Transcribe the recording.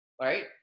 Right